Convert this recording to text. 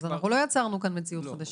לא יצרנו כאן מציאות חדשה.